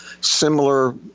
Similar